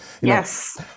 Yes